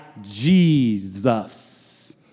Jesus